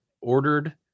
ordered